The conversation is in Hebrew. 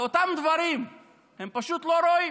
על אותם דברים הם פשוט לא רואים.